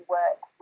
work